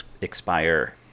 expire